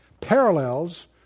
parallels